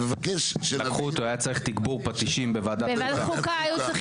לקחו אותו היה צריך תגבור פטישים בוועדת חוקה.